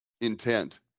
intent